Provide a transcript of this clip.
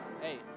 Hey